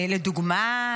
לדוגמה,